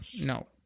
no